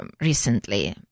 recently